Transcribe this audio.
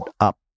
up